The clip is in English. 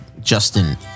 Justin